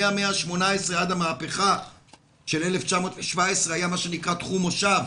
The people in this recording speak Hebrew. מהמאה ה-18 עד המהפכה של 1917 היה מה שנקרא "תחום מושב",